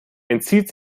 entzieht